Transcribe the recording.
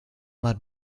mud